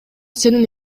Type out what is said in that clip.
сенин